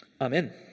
Amen